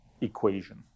equation